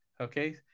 okay